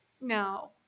No